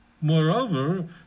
Moreover